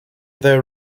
their